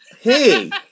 Hey